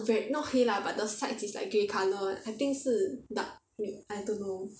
red not 黑的 lah but the sides is like grey colour I think 是 duck meat I don't know